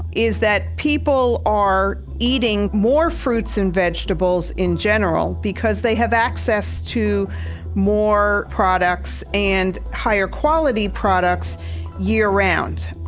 is that people are eating more fruits and vegetables in general because they have access to more products and higher quality products year-round